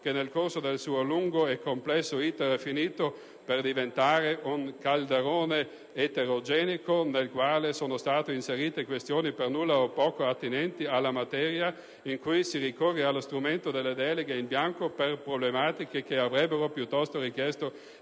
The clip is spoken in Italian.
che nel corso del suo lungo e complesso *iter* ha finito per diventare un calderone eterogeneo nel quale sono state inserite questioni per nulla o poco attinenti alla materia, in cui si ricorre allo strumento delle deleghe in bianco per problematiche che avrebbero piuttosto richiesto